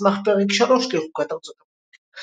על סמך פרק 3 לחוקת ארצות הברית.